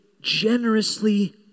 generously